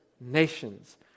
nations